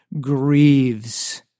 grieves